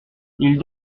ils